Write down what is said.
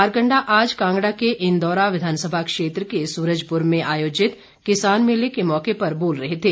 मारकंडा आज कांगड़ा के इंदौरा विधानसभा क्षेत्र के सूरजपुर में आयोजित किसान मेले के मौके पर बोल रहे थे